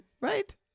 right